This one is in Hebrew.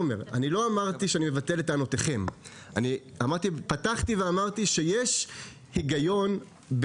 לא אמרתי שאני מבטל את טענותיכם; פתחתי ואמרתי שיש בהן היגיון,